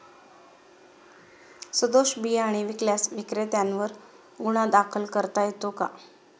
सदोष बियाणे विकल्यास विक्रेत्यांवर गुन्हा दाखल करता येतो का?